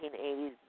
1980s